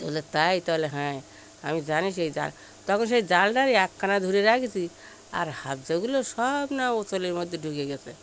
বলে তাই তাহলে হ্যাঁ আমি জানি সেই জাল তখন সেই জালটারই একখানা ধরে রাখছি আর হফজাগুলো সব না আঁচলের মধ্যে ঢুকে গিয়েছে